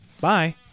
Bye